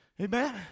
amen